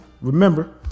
Remember